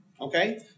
okay